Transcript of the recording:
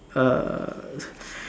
uh